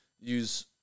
use